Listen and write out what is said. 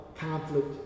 conflict